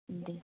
दे